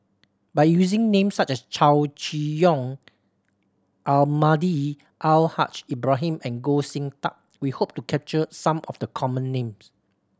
by using names such as Chow Chee Yong Almahdi Al Haj Ibrahim and Goh Sin Tub we hope to capture some of the common names